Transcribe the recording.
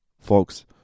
folks